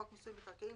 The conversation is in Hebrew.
חוק מיסוי מקרקעין),